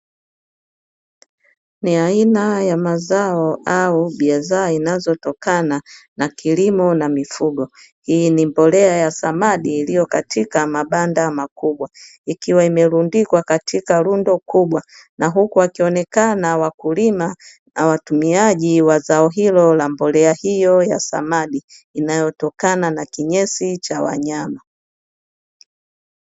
Ni aina ya mazao au bidhaa inayotokana na kilimo na mifugo. Hii ni mbolea ya samadi iliyo katika mabanda makubwa, ikiwa imerundikwa katika rundo kubwa na huku wakionekana wakulima na watumiaji wa zao hilo la mbolea hiyo ya samadi inayotokana na kinyesi cha wanyama.